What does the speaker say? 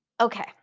Okay